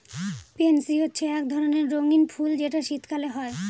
pansy হচ্ছে এক ধরণের রঙ্গীন ফুল যেটা শীতকালে হয়